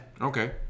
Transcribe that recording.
Okay